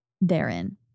therein